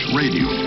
radio